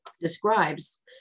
describes